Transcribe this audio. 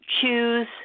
choose